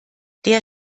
der